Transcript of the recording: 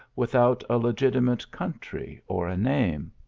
without a legitimate country or a name.